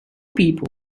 people